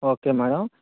okay madam